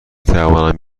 توانم